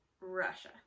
russia